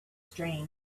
strange